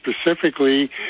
specifically